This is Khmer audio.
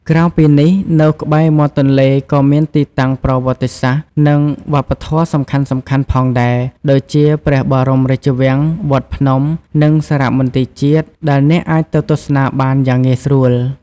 ក្រៅពីនេះ នៅក្បែរមាត់ទន្លេក៏មានទីតាំងប្រវត្តិសាស្ត្រ និងវប្បធម៌សំខាន់ៗផងដែរ ដូចជាព្រះបរមរាជវាំង វត្តភ្នំ និងសារមន្ទីរជាតិ ដែលអ្នកអាចទៅទស្សនាបានយ៉ាងងាយស្រួល។